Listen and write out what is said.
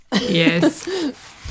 yes